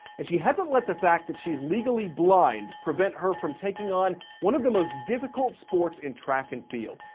and she hasn't let the fact that she's legally blind prevent her from taking on one of the most difficult sports in track and field.